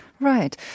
Right